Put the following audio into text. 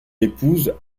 épouse